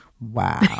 Wow